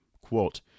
Quote